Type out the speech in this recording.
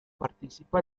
participa